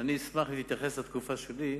אני אשמח להתייחס לתקופה שלי.